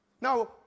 Now